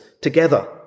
together